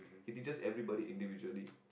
he teaches everybody individually